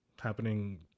happening